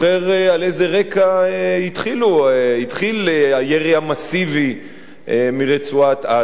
על איזה רקע התחיל הירי המסיבי מרצועת-עזה.